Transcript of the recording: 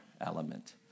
element